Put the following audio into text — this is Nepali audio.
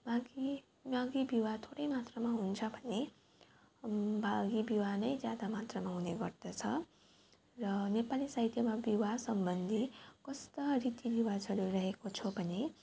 मागी मागी विवाह थोरै मात्रमा हुन्छ भने भागी विवाह नै ज्यादा मात्रमा हुने गर्दछ र नेपाली साहित्यमा विवाह सम्बन्धी कस्ता रीतिरिवाजहरू रहेको छ भने